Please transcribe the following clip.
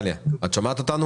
שלום.